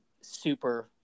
super